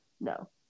No